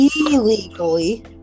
illegally